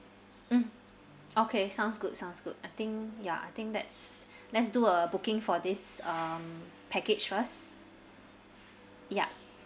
mm okay sounds good sounds good I think ya I think that's let's do a booking for this um package first ya